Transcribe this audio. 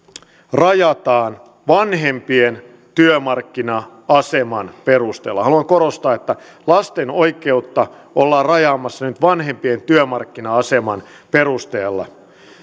rajataan vanhempien työmarkkina aseman perusteella haluan korostaa että lasten oikeutta ollaan rajaamassa nyt vanhempien työmarkkina aseman perusteella